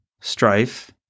strife